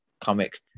comic